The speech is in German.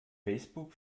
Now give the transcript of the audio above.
facebook